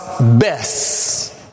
best